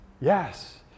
Yes